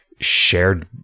shared